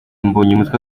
mbonyumutwa